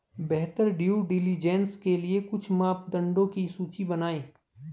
बेहतर due diligence के लिए कुछ मापदंडों की सूची बनाएं?